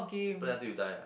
put until you die ah